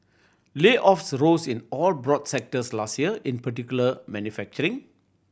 layoffs rose in all broad sectors last year in particular manufacturing